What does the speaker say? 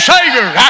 Savior